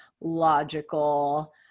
logical